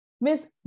Miss